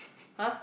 !huh!